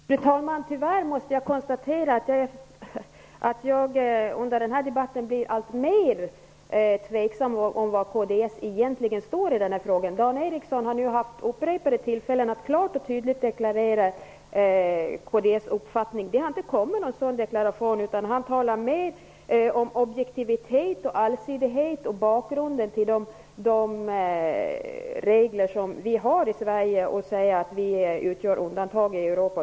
Fru talman! Tyvärr måste jag konstatera att jag under denna debatt blir alltmer tveksam om var kds egentligen står i denna fråga. Dan Ericsson i Kolmården har nu haft upprepade tillfällen att klart och tydligt deklarera kds uppfattning. Men det har inte kommit någon sådan deklaration. Han talar i stället mer om objektivitet och allsidighet samt bakgrunden till de regler som vi i Sverige har. Han säger att Sverige bl.a. utgör ett undantag i Europa.